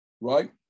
right